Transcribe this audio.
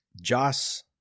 Joss